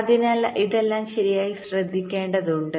അതിനാൽ ഇതെല്ലാം ശരിയായി ശ്രദ്ധിക്കേണ്ടതുണ്ട്